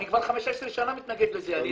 אני כבר 15 שנה מתנגד לזה.